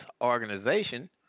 organization